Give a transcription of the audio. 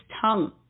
tongue